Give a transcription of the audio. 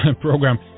program